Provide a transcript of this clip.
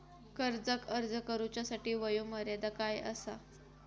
कर्जाक अर्ज करुच्यासाठी वयोमर्यादा काय आसा?